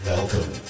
Welcome